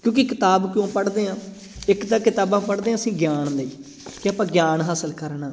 ਕਿਉਂਕਿ ਕਿਤਾਬ ਕਿਉਂ ਪੜ੍ਹਦੇ ਹਾਂ ਇੱਕ ਤਾਂ ਕਿਤਾਬਾਂ ਪੜ੍ਹਦੇ ਹਾਂ ਅਸੀਂ ਗਿਆਨ ਲਈ ਕਿ ਆਪਾਂ ਗਿਆਨ ਹਾਸਲ ਕਰਨਾ